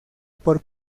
por